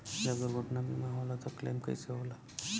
जब दुर्घटना बीमा होला त क्लेम कईसे होला?